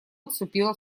отступила